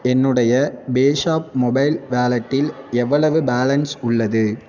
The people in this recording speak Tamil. என்னுடைய பேஸாப் மொபைல் வாலெட்டில் எவ்வளவு பேலன்ஸ் உள்ளது